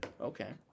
okay